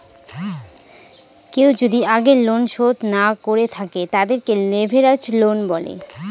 কেউ যদি আগের লোন শোধ না করে থাকে, তাদেরকে লেভেরাজ লোন বলে